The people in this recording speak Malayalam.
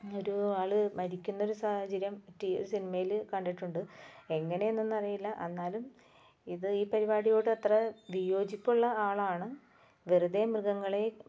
ഒരു ആൾ മരിക്കുന്ന ഒരു സാഹചര്യം റ്റ് ഒരു സിനിമയിൽ കണ്ടിട്ടുണ്ട് എങ്ങനെ എന്നൊന്നും അറിയില്ല എന്നാലും ഇത് ഈ പരിപാടിയോട് അത്ര വിയോജിപ്പുള്ള ആളാണ് വെറുതെ മൃഗങ്ങളെ